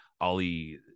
ali